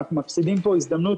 אנחנו מפסידים פה הזדמנות